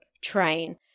train